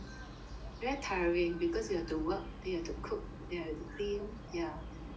very tiring because you have to work then you have to cook then you have to clean yeah